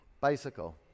Bicycle